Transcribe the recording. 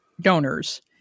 donors